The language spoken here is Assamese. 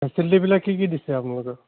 ফেচিলিটিবিলাক কি কি দিছে আপোনালোকৰ